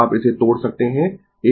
आप इसे तोड़ सकते है